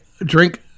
drink